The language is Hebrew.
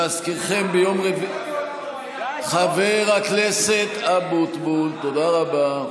להזכירכם, חבר הכנסת אבוטבול, תודה רבה.